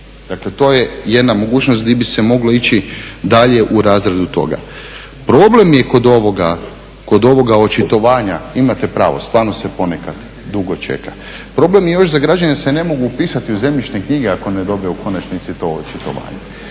Dakle, to je jedna mogućnost di bi se moglo ići dalje u razradu toga. Problem je kod ovoga očitovanja, imate pravo stvarno se ponekad dugo čeka. Problem je još za građane jer se ne mogu upisati u zemljišne knjige ako ne dobe u konačnici to očitovanje.